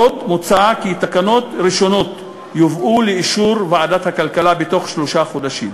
עוד מוצע כי תקנות ראשונות יובאו לאישור ועדת הכלכלה בתוך שלושה חודשים.